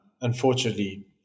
unfortunately